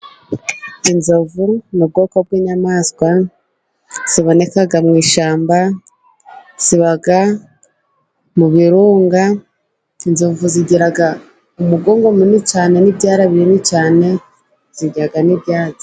Inzovu iri mu bwoko bw' inyamaswa ziboneka mu ishyamba, ziba mu birunga; inzovu zigira umugongo munini cyane n' ibyara binini cyane zirya n' ibyatsi.